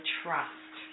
trust